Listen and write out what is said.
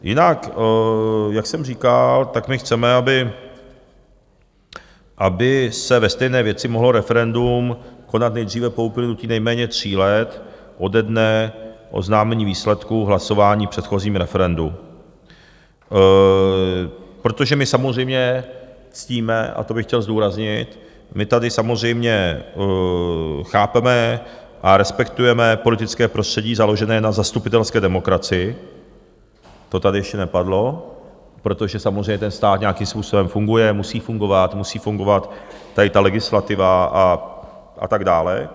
Jinak, jak jsem říkal, my chceme, aby se ve stejné věci mohlo referendum konat nejdříve po uplynutí nejméně tří let ode dne oznámení výsledků hlasování v předchozím referendu, protože my samozřejmě ctíme a to bych chtěl zdůraznit my tady samozřejmě chápeme a respektujeme politické prostředí založené na zastupitelské demokracii to tady ještě nepadlo protože samozřejmě stát nějakým způsobem funguje a musí fungovat, musí fungovat tady legislativa a tak dále.